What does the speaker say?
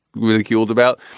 ridiculed about.